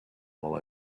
while